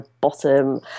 bottom